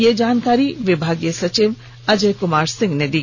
यह जानकारी विभागीय सचिव अजय कुमार सिंह ने दी